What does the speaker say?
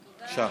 בבקשה.